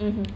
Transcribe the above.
it mmhmm